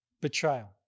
betrayal